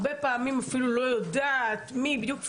הרבה פעמים אפילו לא יודעת מי בדיוק ---,